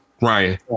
Ryan